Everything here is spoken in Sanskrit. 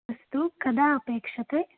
अस्तु कदा अपेक्षते